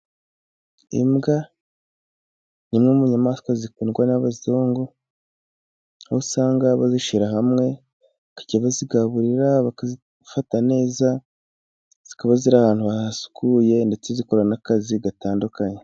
Imbwa ni imwe mu nyamaswa zikundwa n'abazungu, aho usanga bazishyira hamwe bazigaburira, bazifata neza, zikaba ziri ahantu hasukuye ndetse zikora n'akazi gatandukanye.